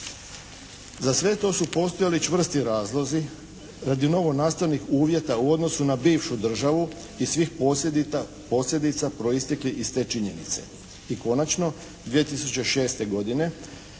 Za sve to su postojali čvrsti razlozi radi novonastalih uvjeta u odnosu na bivšu državu i svih posljedica proisteklih iz te činjenice. I konačno 2006. godine